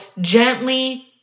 gently